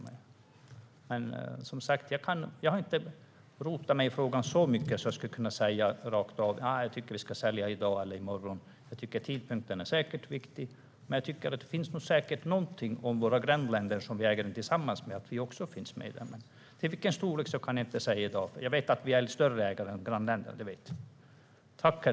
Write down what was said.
Men jag är inte tillräckligt insatt i frågan för att säga att vi ska sälja i dag eller i morgon. Tidpunkten är säkert viktig, men så länge våra grannländer är ägare i SAS bör vi också vara det. Hur mycket vi ska äga kan jag inte säga, men jag vet att vi i dag är större ägare än våra grannländer.